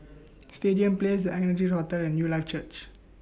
Stadium Place The Ardennes Hotel and Newlife Church